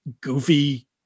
goofy